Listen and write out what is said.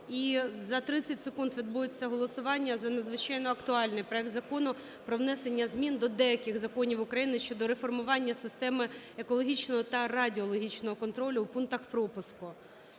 І за 30 секунд відбудеться голосування за надзвичайно актуальний проект Закону про внесення змін до деяких законів України щодо реформування системи екологічного та радіологічного контролю у пунктах пропуску.